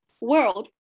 world